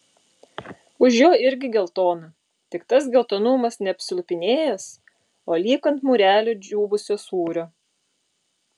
už jo irgi geltona tik tas geltonumas ne apsilupinėjęs o lyg ant mūrelio džiūvusio sūrio